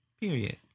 Period